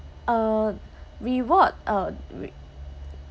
uh reward uh wait